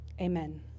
Amen